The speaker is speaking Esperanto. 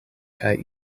kaj